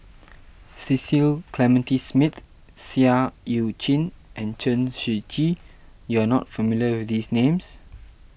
Cecil Clementi Smith Seah Eu Chin and Chen Shiji you are not familiar with these names